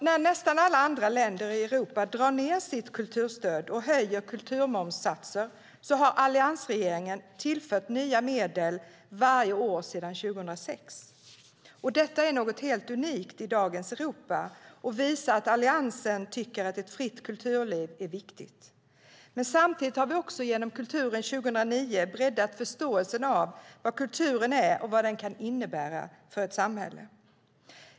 När nästan alla andra länder i Europa drar ned sitt kulturstöd och höjer kulturmomssatser har alliansregeringen tillfört nya medel varje år sedan 2006. Detta är något helt unikt i dagens Europa och visar att Alliansen tycker att ett fritt kulturliv är viktigt. Men samtidigt har vi också genom Kulturen 2009 breddat förståelsen av vad kulturen är och vad den kan innebära för ett samhälle.